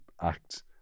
act